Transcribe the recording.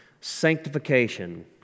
sanctification